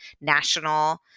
national